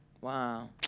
wow